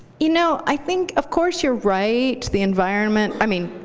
you know, i think of course you're right. the environment i mean,